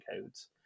codes